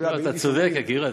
אתה צודק, יקירי.